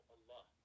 Allah